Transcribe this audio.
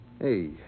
Hey